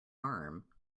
harm